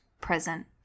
present